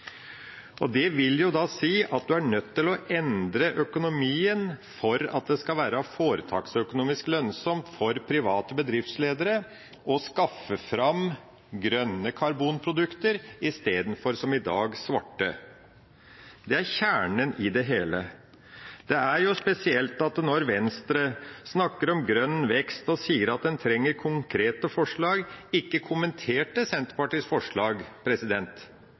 eksempelvis. Det vil si at en er nødt til å endre økonomien for at det skal være foretaksøkonomisk lønnsomt for private bedriftsledere å skaffe fram grønne karbonprodukter istedenfor – som i dag – svarte. Det er kjernen i det hele. Det er spesielt at Venstre, som snakker om grønn vekst og sier at en trenger konkrete forslag, ikke kommenterte Senterpartiets forslag.